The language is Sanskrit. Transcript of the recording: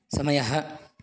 समयः